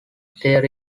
there